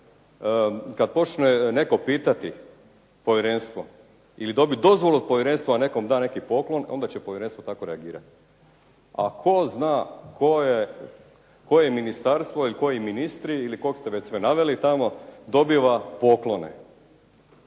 Kada počne netko pitati povjerenstvo ili dobije dozvolu od povjerenstva da nekom da neki poklon, onda će povjerenstvo tako reagirati. A tko zna koje ministarstvo i koji ministri ili koga ste već naveli tamo, dobiva poklone.